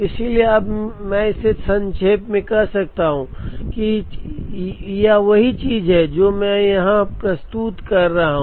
इसलिए अब मैं इसे संक्षेप में कह सकता हूं और कह सकता हूं कि वही चीज जो मैं यहां प्रस्तुत कर रहा हूं